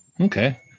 Okay